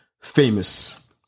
famous